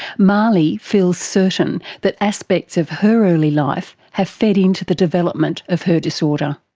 mahlie feels certain that aspects of her early life have fed into the development of her disorder.